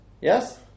Yes